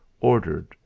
ordered